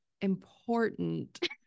important